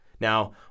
Now